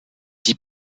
die